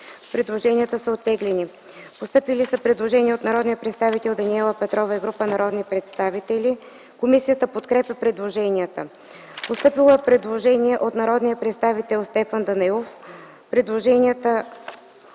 39, които са оттеглени. Постъпили са предложения от народния представител Даниела Петрова и група народни представители. Комисията подкрепя предложенията. Постъпило е предложение от народния представител Стефан Данаилов. Предложенията